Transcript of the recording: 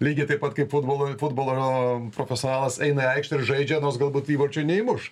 lygiai taip pat kaip futbolo futbolo profesionalas eina į aikštę žaidžia nors galbūt įvarčio neįmuš